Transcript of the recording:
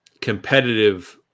competitive